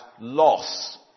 loss